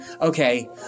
Okay